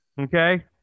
Okay